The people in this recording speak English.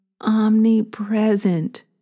omnipresent